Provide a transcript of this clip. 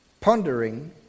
pondering